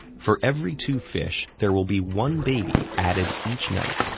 for every two fish, there will be one baby added each night.